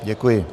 Děkuji.